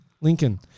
Lincoln